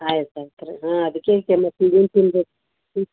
ಆಯ್ತು ಆಯ್ತು ರೀ ಹಾಂ ಅದಕ್ಕೆ ಕೇಳಿದ್ದು ಏನು ತಿನ್ನಬೇಕು ಹ್ಞೂ